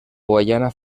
guaiana